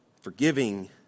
forgiving